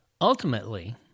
Ultimately